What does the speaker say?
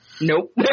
Nope